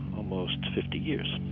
almost fifty years